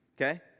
Okay